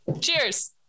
Cheers